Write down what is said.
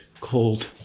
Cold